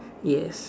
yes